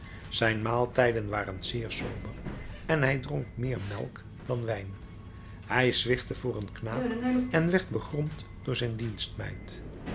zijn maaltijden waren zeer sober en hij dronk meer melk dan wijn hij zwichtte voor een knaap en werd begromd door zijn dienstmeid